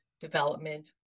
development